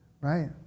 Right